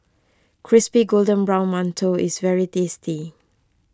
Crispy Golden Brown Mantou is very tasty